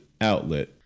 outlet